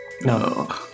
No